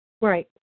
Right